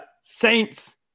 Saints